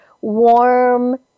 warm